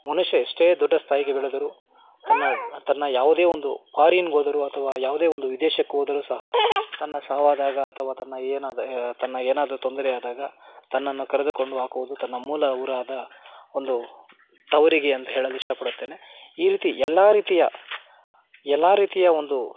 ಮನುಷ್ಯ ಎಷ್ಟೇ ದೊಡ್ಡ ಸ್ಥಾಯಿಗೆ ಬೆಳೆದರೂ ತನ್ನ ತನ್ನ ಯಾವುದೇ ಒಂದು ಫಾರಿನ್ಗೋದರೂ ಅಥವಾ ಯಾವುದೇ ಒಂದು ವಿದೇಶಕ್ಕೋದರೂ ಸಹ ತನ್ನ ಸಾವಾದಾಗ ಅಥವಾ ತನ್ನ ಏನದ ತನ್ನ ಏನಾದರೂ ತೊಂದರೆ ಆದಾಗ ತನ್ನನ್ನು ಕರೆದುಕೊಂಡು ಹಾಕುವುದು ತನ್ನ ಮೂಲ ಊರಾದ ಒಂದು ತವರಿಗೆ ಅಂತ ಹೇಳಲು ಇಷ್ಟಪಡುತ್ತೇನೆ ಈ ರೀತಿ ಎಲ್ಲ ರೀತಿಯ ಎಲ್ಲ ರೀತಿಯ ಒಂದು